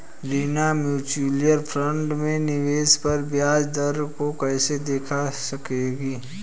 Reena mutual fund में निवेश पर ब्याज दर को कैसे देख सकेगी?